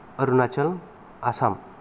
Arunachal Assam